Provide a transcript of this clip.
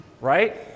right